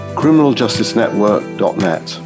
criminaljusticenetwork.net